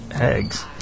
Eggs